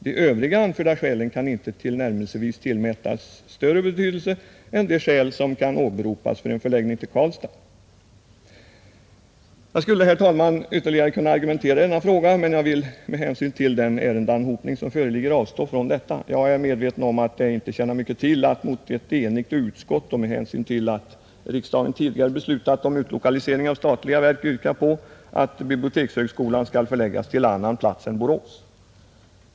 De övriga anförda skälen kan inte tillnärmelsevis tillmätas större betydelse än de skäl som kan åberopas för en förläggning till Karlstad. Jag skulle, herr talman, ytterligare kunna argumentera i denna fråga men jag skall med hänsyn till den ärendeanhopning som föreligger avstå från detta. Jag är medveten om att det inte tjänar mycket till att mot ett enigt utskott och med hänsyn till att riksdagen tidigare beslutat om utlokalisering av statliga verk yrka på att bibliotekshögskolan skall förläggas till annan plats än Borås.